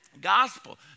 gospel